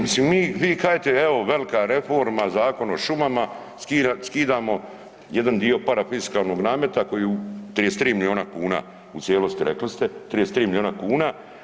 Mislim vi kažete, evo velika reforma Zakon o šumama, skidamo jedan dio parafiskalnog nameta koji je 33 milijuna kuna u cijelosti rekli ste 33 milijuna kuna.